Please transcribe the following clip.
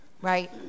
right